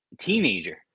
teenager